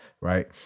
right